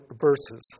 verses